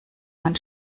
man